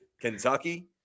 Kentucky